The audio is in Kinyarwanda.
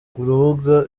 urubuga